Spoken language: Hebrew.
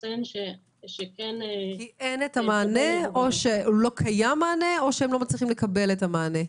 כי לא קיים מענה או שהם לא מצליחים לקבל את המענה?